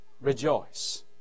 Rejoice